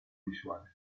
visuales